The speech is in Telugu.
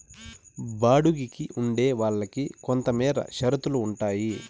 బాడుగికి ఉండే వాళ్ళకి కొంతమేర షరతులు ఉంటాయి